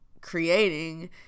creating